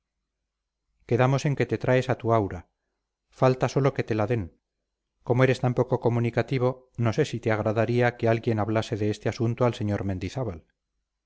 quedamos en que te traes a tu aura falta sólo que te la den como eres tan poco comunicativo no sé si te agradaría que alguien hablase de este asunto al sr mendizábal